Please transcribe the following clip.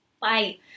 Bye